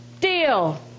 deal